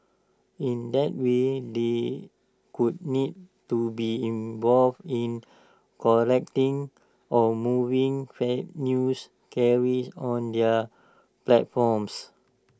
in that way they could need to be involved in correcting or moving fake news carried on their platforms